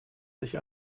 sich